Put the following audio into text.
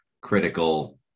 critical